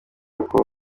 uko